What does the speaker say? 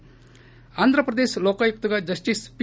ి ఆంధ్రప్రదేశ్ లో కాయుక్తగా జస్టిస్ పి